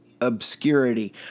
obscurity